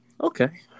Okay